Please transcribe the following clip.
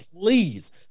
Please